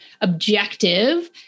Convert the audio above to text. objective